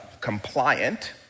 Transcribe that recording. compliant